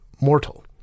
mortal